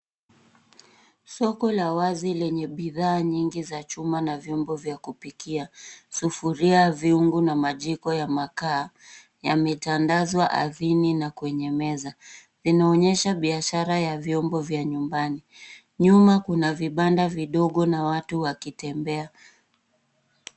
Soko la wazi lenye bidhaa nyingi za chuma na vyombo vya kupikia, sufuria, viungu na majiko ya makaa yametandazwa ardhini na kwenye meza. Inaonyesha biashara ya vyombo vya nyumbani. Nyuma kuna vibanda vidogo na watu wakitembea.